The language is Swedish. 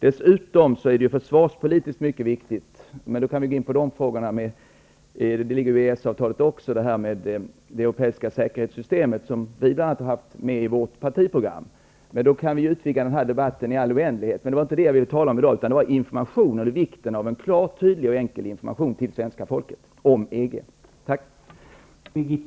Dessutom är det försvarspolitiskt mycket viktigt. I EES-avtalet ingår också frågor som rör det europeiska säkerhetssystemet, som vi bl.a. har haft med i vårt partiprogram. Vi kan utvidga den här debatten i all oändlighet, men det var inte säkerhet jag ville tala om i dag, utan vikten av en klar och tydlig information om EG till svenska folket.